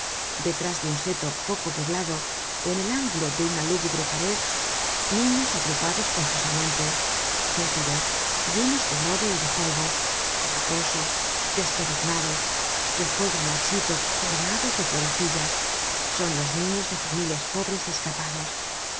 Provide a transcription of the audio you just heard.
detrás de un seto poco poblado ó en el ángulo de una lúgubre pared niños agrupados confusamente fétidos llenos de lodo y de polvo haraposos despeluznados que juegan al chito coronados de florecillas son los niños de familias pobres escapados